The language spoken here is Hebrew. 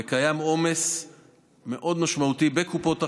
וקיים עומס מאוד משמעותי בקופות החולים,